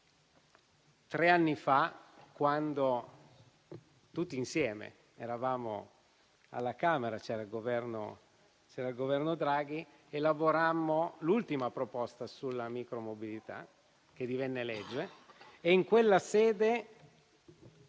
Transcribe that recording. Tre anni fa, quando tutti insieme eravamo alla Camera - c'era il Governo Draghi - elaborammo l'ultima proposta sulla micromobilità che divenne legge; in quella sede